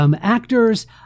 actors